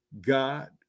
God